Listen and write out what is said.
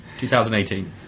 2018